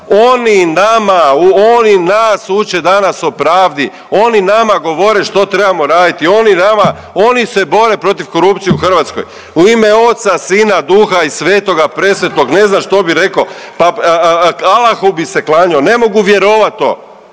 oni nama, oni nas uče danas o pravdi, oni nama govore što trebamo raditi, oni nama, oni se bore protiv korupcije u Hrvatskoj. U ime Oca, Sina i Duha i svetoga, presvetog ne znam što bi reko, pa Alahu bi se klanjo ne mogu vjerovat to,